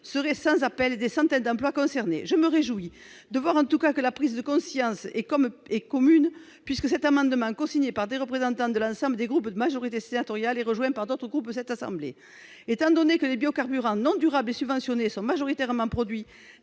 seraient sans appel, et des centaines d'emplois seraient concernés. Je me réjouis de voir que la prise de conscience est commune, puisque cet amendement, cosigné par des représentants de l'ensemble des groupes de la majorité sénatoriale, est aussi présenté par d'autres groupes de cette assemblée. Étant donné que les biocarburants non durables et subventionnés sont majoritairement produits